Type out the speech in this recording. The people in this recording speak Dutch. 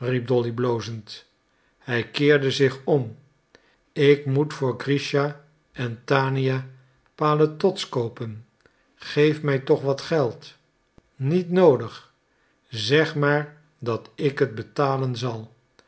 hij keerde zich om ik moet voor grischa en tania paletots koopen geef mij toch wat geld niet noodig zeg maar dat ik het betalen zal